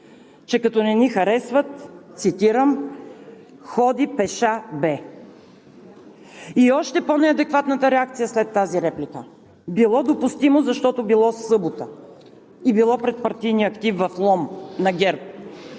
че като не ни харесват, цитирам: „Ходи пеша бе!“ И още по-неадекватната реакция след тази реплика – било допустимо, защото било събота и било пред партийния актив на ГЕРБ